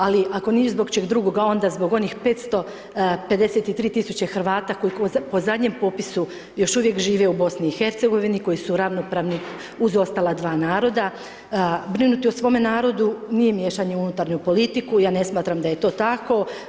Ali, ako ni zbog čega drugoga, onda zbog onih 553 tisuće Hrvata koje po zadnjem popisu još uvijek žive u BIH, koji su ravnopravni uz ostala 2 naroda, brinuti o svome narodu, nije miješanje u unutarnju politiku, ja ne smatram da je to tako.